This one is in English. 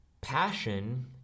Passion